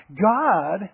God